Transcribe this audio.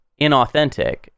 inauthentic